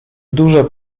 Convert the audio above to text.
duże